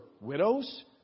widows